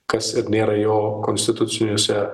kas ir nėra jo konstituciniuose